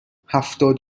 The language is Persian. هفتاد